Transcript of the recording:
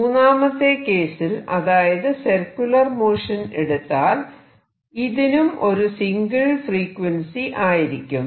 മൂന്നാമത്തെ കേസിൽ അതായത് സർക്യൂലർ മോഷൻ എടുത്താൽ ഇതിനും ഒരു സിംഗിൾ ഫീക്വൻസി ആയിരിക്കും